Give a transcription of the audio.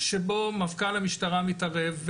שבו מפכ"ל המשטרה מתערב,